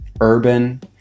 urban